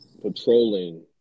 patrolling